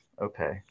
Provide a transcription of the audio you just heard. Okay